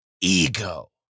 ego